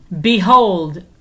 Behold